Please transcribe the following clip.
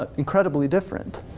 ah incredibly different.